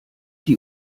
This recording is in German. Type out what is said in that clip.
die